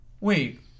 wait